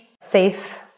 safe